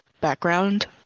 background